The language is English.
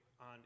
on